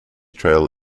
trail